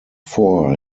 four